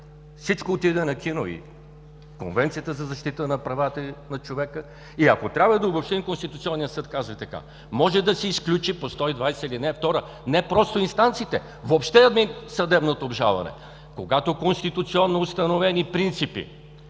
Всичко отиде на кино, и Конвенцията за защита на правата на човека. И ако трябва да обобщим, Конституционният съд казва така: може да се изключи по чл. 120, ал. 2 не просто инстанциите, въобще съдебното обжалване, когато конституционно установени принципи